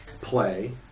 play